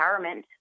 empowerment